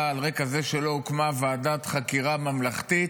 על רקע זה שלא הוקמה ועדת חקירה ממלכתית,